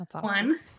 one